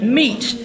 meat